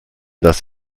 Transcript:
das